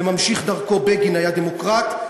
וממשיך דרכו, בגין, היה דמוקרט.